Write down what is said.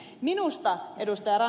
minusta ed